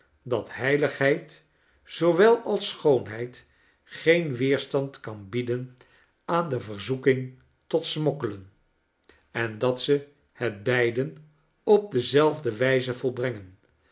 dat heiligheid zoowel als schoonheid geen weerstand kan bieden aan de verzoeking tot smokkelen en dat ze het beiden op dezelfde wijze volbrengen